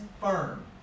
firm